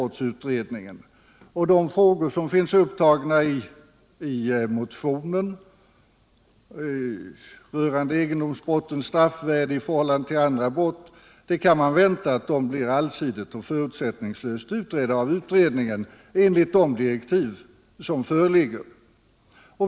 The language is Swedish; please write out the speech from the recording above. Man kan förvänta att de frågor som finns upptagna i motionen rörande egendomsbrottens straffvärde i förhållande till andra brott blir allsidigt och förutsättningslöst utredda av utredningen med de direktiv som föreligger.